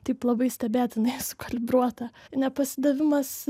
taip labai stebėtinai sukalibruota ne pasidavimas